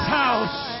house